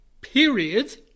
period